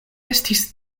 estis